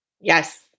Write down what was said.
yes